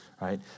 right